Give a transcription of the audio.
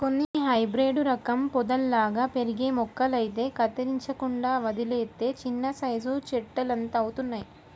కొన్ని హైబ్రేడు రకం పొదల్లాగా పెరిగే మొక్కలైతే కత్తిరించకుండా వదిలేత్తే చిన్నసైజు చెట్టులంతవుతయ్